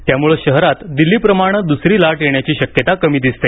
त्यामुळे शहरात दिल्लीप्रमाणे दुसरी लाट येण्याची शक्यता कमी दिसते